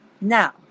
Now